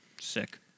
Sick